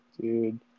dude